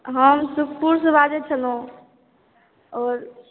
हॅं सुखपुर सॅं बाजै छलहुॅं आओर